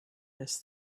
this